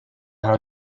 how